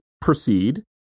proceed